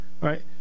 Right